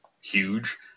huge